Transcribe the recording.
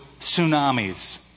tsunamis